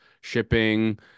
shipping